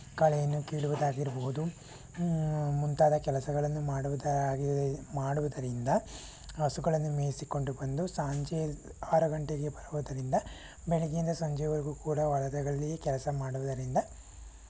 ಕಳೆಯನ್ನು ಕೀಳುವುದಾಗಿರಬಹುದು ಮುಂತಾದ ಕೆಲಸಗಳನ್ನು ಮಾಡುವುದಾಗಿ ಮಾಡುವುದರಿಂದ ಹಸುಗಳನ್ನು ಮೇಯಿಸಿಕೊಂಡು ಬಂದು ಸಂಜೆ ಆರು ಗಂಟೆಗೆ ಬರುವುದರಿಂದ ಬೆಳಿಗ್ಗೆಯಿಂದ ಸಂಜೆವರೆಗೂ ಕೂಡ ಹೊಲಗಳಲ್ಲಿ ಕೆಲಸ ಮಾಡುವುದರಿಂದ